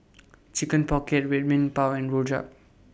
Chicken Pocket Red Bean Bao and Rojak